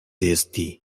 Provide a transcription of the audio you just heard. esti